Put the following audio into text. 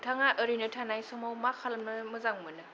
नोंथाङा ओरैनो थानाय समाव मा खालामनो मोजां मोनो